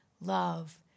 love